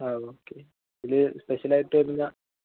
ആ ഓക്കെ ഇതില് സ്പെഷ്യലായിട്ട് വരുന്നത്